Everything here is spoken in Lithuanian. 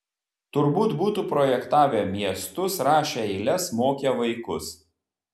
turbūt būtų projektavę miestus rašę eiles mokę vaikus